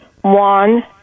One